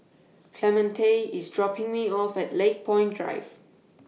Clemente IS dropping Me off At Lakepoint Drive